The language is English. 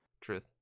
Truth